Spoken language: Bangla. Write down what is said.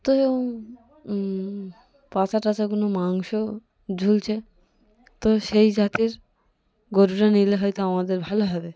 তো এরকম পাছা টাছাগুলো মাংস ঝুলছে তো সেই জাতের গরুটা নিলে হয়তো আমাদের ভালো হবে